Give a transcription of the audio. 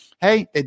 hey